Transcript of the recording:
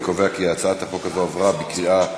אני קובע כי הצעת החוק הזאת עברה בקריאה שנייה.